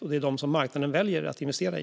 Det är också dem som marknaden väljer att investera i.